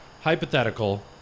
hypothetical